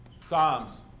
Psalms